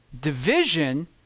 division